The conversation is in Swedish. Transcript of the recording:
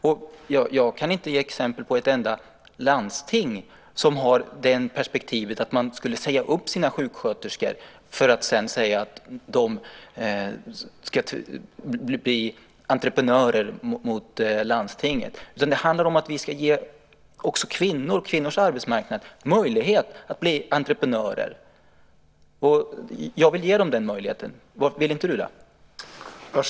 Jag kan inte ge exempel på ett enda landsting som skulle säga upp sina sjuksköterskor för att sedan säga att de ska bli entreprenörer hos landstinget, utan det handlar om att vi ska ge också kvinnor möjlighet att bli entreprenörer. Jag vill ge dem den möjligheten. Varför vill inte du göra det?